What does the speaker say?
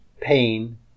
pain